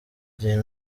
gihe